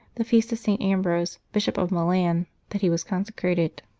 the feast of st. ambrose, bishop of milan, that he was consecrated.